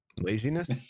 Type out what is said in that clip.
Laziness